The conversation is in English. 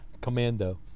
commando